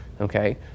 Okay